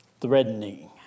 threatening